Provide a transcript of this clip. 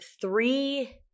three